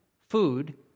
food